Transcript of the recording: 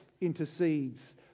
intercedes